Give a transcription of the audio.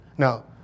Now